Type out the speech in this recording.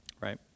right